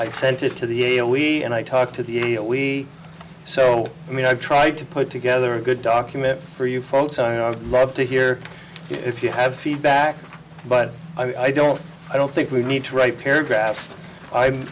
i sent it to the a a we and i talked to the a we so i mean i've tried to put together a good document for you folks i would love to hear if you have feedback but i don't i don't think we need to write paragraphs i